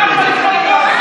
אני מבקש לספור את הקולות.